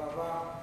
תודה רבה.